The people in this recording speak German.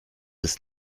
ist